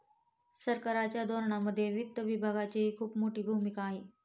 सरकारच्या धोरणांमध्ये वित्त विभागाचीही खूप मोठी भूमिका आहे